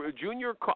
Junior